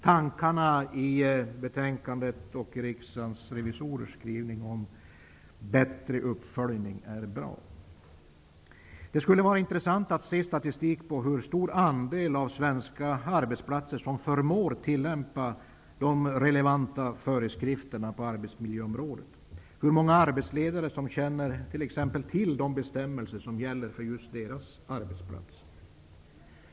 Tankarna i betänkandet och i riksdagens revisorers förslag om bättre uppföljning är bra. Det skulle vara intressant att se statistik på hur stor andel av svenska arbetsplatser som förmår tillämpa de relevanta föreskrifterna på arbetsmiljöområdet, t.ex. hur många arbetsledare som känner till de bestämmelser som gäller för just deras arbetsplats.